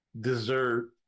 dessert